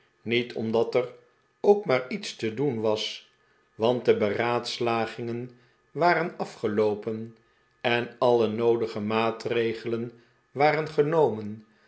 niet omdat er ook maar iets te doen was want de beraadslagingen waren afgeloopen en alle noodige maatregelen waren genomen